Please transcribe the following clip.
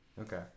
Okay